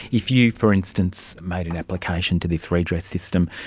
if you, for instance, made an application to this redress system,